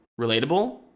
Relatable